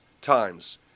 times